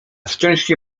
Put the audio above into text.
szczęście